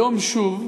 היום שוב